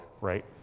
right